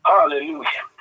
Hallelujah